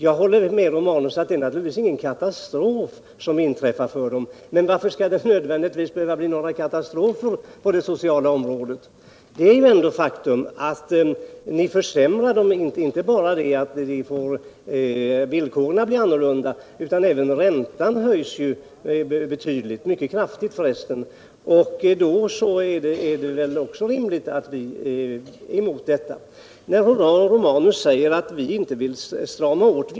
Jag håller med. Gabriel Romanus om att det naturligtvis inte inträffar någon katastrof om man genomför detta förslag. Men varför skall det nödvändigtvis bli några katastrofer på det sociala området? Faktum är ändå att ni försämrar denna förmån. Det är inte bara det att villkoren blir andra; räntan höjs också, mycket kraftigt för resten. Vi är emot även det. Gabriel Romanus säger att vi inte vill strama åt.